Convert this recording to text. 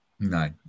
No